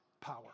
power